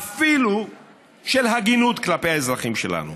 אפילו של הגינות כלפי האזרחים שלנו.